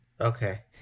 okay